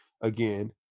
again